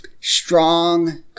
strong –